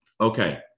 Okay